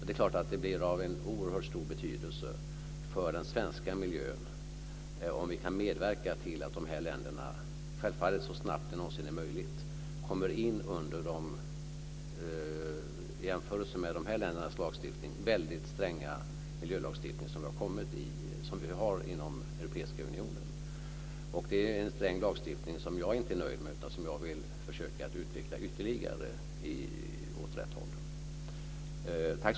Det blir självfallet av en oerhört stor betydelse för den svenska miljön om vi kan medverka till att de här länderna så snabbt som det någonsin är möjligt kommer in under den, i jämförelse med de här ländernas, väldigt stränga miljölagstiftning som vi har inom den europeiska unionen. Det är en sträng lagstiftning - men jag är inte nöjd med den utan jag vill försöka utveckla ytterligare åt rätt håll.